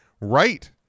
right